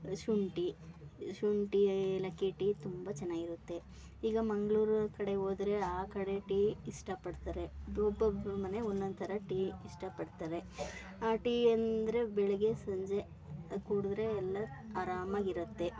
ಶುಂಠಿ ಶುಂಠಿ ಏಲಕ್ಕಿ ಟೀ ತುಂಬ ಚೆನ್ನಾಗಿರುತ್ತೆ ಈಗ ಮಂಗಳೂರು ಕಡೆ ಹೋದರೆ ಆ ಕಡೆ ಟೀ ಇಷ್ಟಪಡ್ತಾರೆ ಒಬ್ಬೊಬ್ಬರ ಮನೆ ಒಂದೊಂದು ಥರ ಟೀ ಇಷ್ಟಪಡ್ತಾರೆ ಆ ಟೀ ಅಂದರೆ ಬೆಳಗ್ಗೆ ಸಂಜೆ ಕುಡಿದ್ರೆ ಎಲ್ಲ ಆರಾಮಾಗಿರುತ್ತೆ